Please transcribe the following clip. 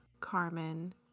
Carmen